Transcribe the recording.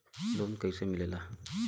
Loan कईसे मिलेला?